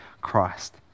Christ